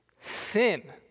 Sin